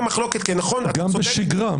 בשגרה.